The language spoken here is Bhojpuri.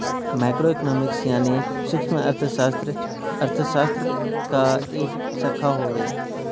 माइक्रो इकोनॉमिक्स यानी सूक्ष्मअर्थशास्त्र अर्थशास्त्र क एक शाखा हउवे